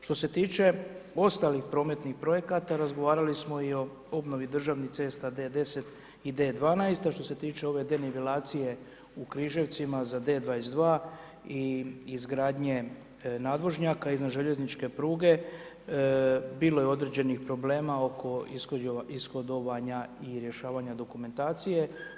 Što se tiče ostalih prometnih projekata, razgovarali smo i o obnovi državnih cesta D10 i D12 a što se tiče ove … u Križevcima za D22 i izgradnje nadvožnjaka iznad željezničke pruge, bilo je određenih problema oko ishodovanju i rješavanja dokumentacije.